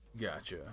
gotcha